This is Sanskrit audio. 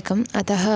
एकम् अतः